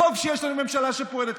וטוב שיש ממשלה שפועלת כך.